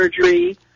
surgery